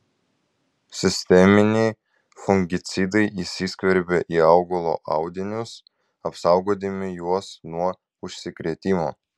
sisteminiai fungicidai įsiskverbia į augalo audinius apsaugodami juos nuo užsikrėtimo